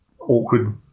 awkward